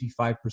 55%